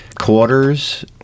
quarters